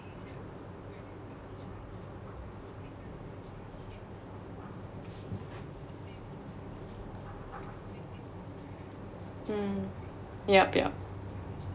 mm yup yup